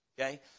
Okay